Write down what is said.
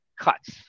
cuts